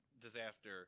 disaster